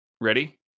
Ready